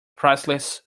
priceless